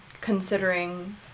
Considering